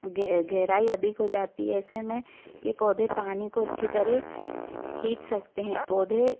गहराई अधिक हो जाती है ऐसे में ये पौधे पानी को अच्छी तरह खींच सकते हैं पौधे